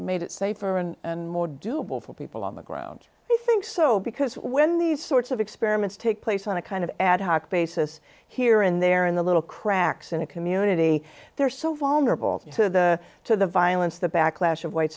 made it safer and more doable for people on the ground i think so because when these sorts of experiments take place on a kind of ad hoc basis here and there in the little cracks in a community they're so vulnerable to the to the violence the backlash of white